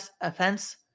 offense